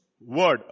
word